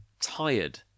tired